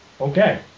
Okay